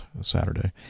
saturday